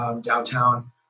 downtown